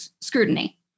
scrutiny